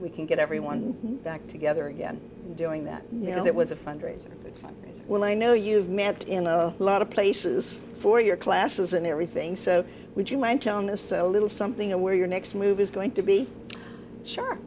we can get everyone back together again doing that you know it was a fundraiser well i know you've met in a lot of places for your classes and everything so would you mind telling this a little something or where your next move is going to be sure